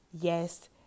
Yes